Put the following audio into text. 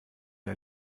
der